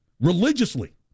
religiously